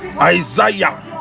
Isaiah